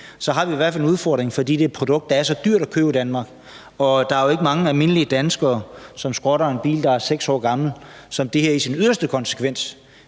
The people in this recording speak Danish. har vi i hvert fald en udfordring, fordi det er et produkt, der er så dyrt at købe i Danmark. Der er jo ikke mange almindelige danskere, som skrotter en bil, der er 6 år gammel, som det her i sin yderste konsekvens